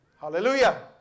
Hallelujah